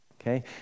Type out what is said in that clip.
okay